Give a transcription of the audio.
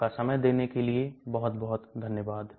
आपका समय देने के लिए आपका बहुत बहुत धन्यवाद